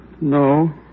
No